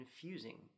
confusing